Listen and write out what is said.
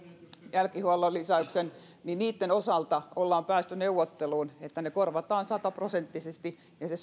jälkihuollon lisäykset niitten osalta ollaan päästy neuvotteluun että ne korvataan sataprosenttisesti ja se